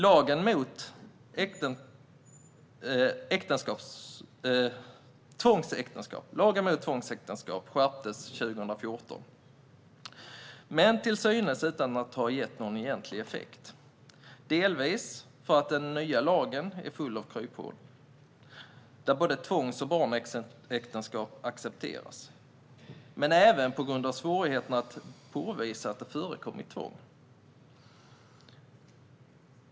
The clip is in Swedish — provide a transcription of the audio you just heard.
Lagen mot tvångsäktenskap skärptes 2014, men det har till synes inte gett någon egentlig effekt - delvis för att den nya lagen är full av kryphål där både tvångs och barnäktenskap accepteras men även på grund av svårigheterna att påvisa att det förekommit tvång.